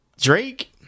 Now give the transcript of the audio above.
Drake